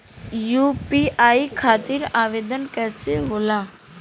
UPI खातिर आवेदन कैसे होला?